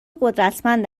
قدرتمند